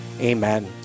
Amen